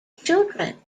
children